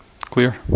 clear